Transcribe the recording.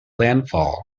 landfall